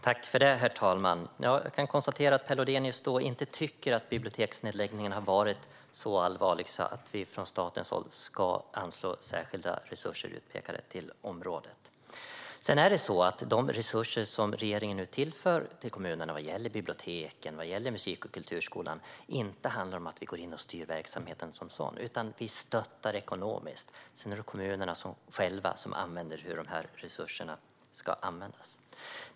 Herr talman! Jag kan konstatera att Per Lodenius inte tycker att biblioteksnedläggningarna har varit så allvarliga att vi från statens håll ska anslå särskilda resurser utpekade till området. De resurser som regeringen nu tillför kommunerna vad gäller biblioteken och musik och kulturskolan handlar inte om att vi går in och styr verksamheten som sådan, utan vi stöttar ekonomiskt. Det är kommunerna själva som bestämmer hur resurserna ska användas.